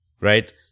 right